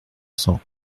cents